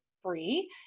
Free